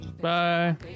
bye